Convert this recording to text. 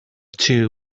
two